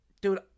dude